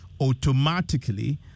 automatically